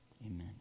amen